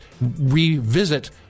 revisit